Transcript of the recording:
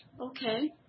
Okay